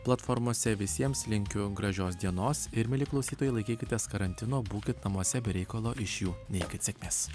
platformose visiems linkiu gražios dienos ir mieli klausytojai laikykitės karantino būkit namuose be reikalo iš jų neikit sėkmės